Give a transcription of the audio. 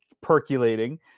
percolating